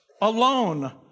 alone